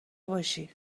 باشی